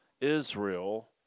Israel